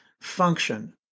function